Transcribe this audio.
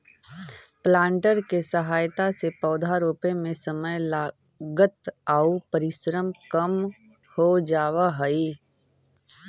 planter के सहायता से पौधा रोपे में समय, लागत आउ परिश्रम कम हो जावऽ हई